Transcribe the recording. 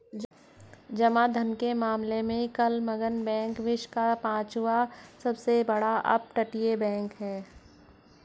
जमा धन के मामले में क्लमन बैंक विश्व का पांचवा सबसे बड़ा अपतटीय बैंक है